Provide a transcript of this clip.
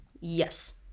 Yes